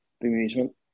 amusement